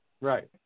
Right